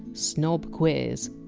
snob queers!